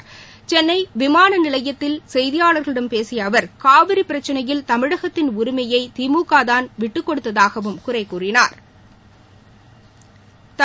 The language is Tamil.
இன்று சென்னை விமானநிலையத்தில் கெய்தியாளர்களிடம் பேசிய அவர் காவிரி பிரச்சினையில் தமிழகத்தின் உரிமையை திமுகதான் விட்டுக்கொடுத்ததாகவும் குறை கூறினாா்